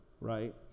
right